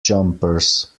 jumpers